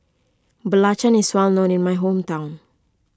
Belacan is well known in my hometown